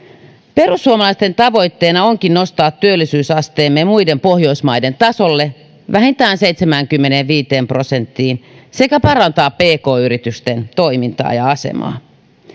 perussuomalaisten tavoitteena onkin nostaa työllisyysasteemme muiden pohjoismaiden tasolle vähintään seitsemäänkymmeneenviiteen prosenttiin sekä parantaa pk yritysten toimintaa ja asemaa